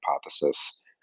hypothesis